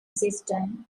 system